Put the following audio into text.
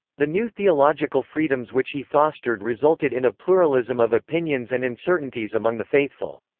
the new theological freedoms which he fostered resulted in a pluralism of opinions and uncertainties among the faithful.